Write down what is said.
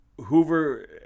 Hoover